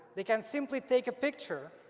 they can simply take a picture.